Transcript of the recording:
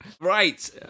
Right